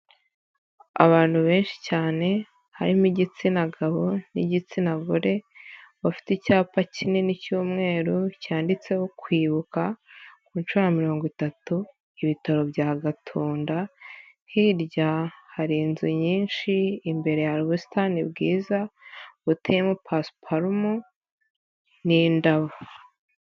Abantu benshi cyane harimo igitsina gabo n'igitsina gore, bafite icyapa kinini cy'umweru cyanditseho kwibuka ku nshuro mirongo itatu, ibitaro bya Gatunda, hirya hari inzu nyinshi, imbere hari ubusitani bwiza buteyemo pasipalumo n'indabo.